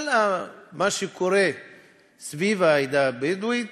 כל מה שקורה סביב העדה הבדואית